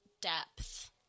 depth